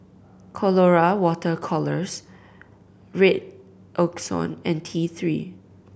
Colora Water Colours Redoxon and T Three